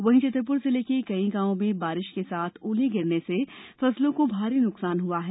वहीं छतरपुर जिले के कई गांवों में बारिश के साथ ओले गिरने से फसलों को भारी नुकसान हुआ है